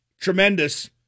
tremendous